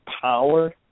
power